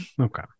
Okay